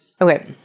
Okay